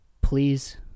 please